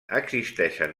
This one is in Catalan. existeixen